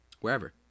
wherever